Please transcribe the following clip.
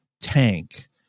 tank